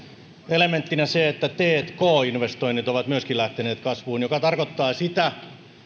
elementtinä on se että tk investoinnit ovat myöskin lähteneet kasvuun mikä tarkoittaa sitä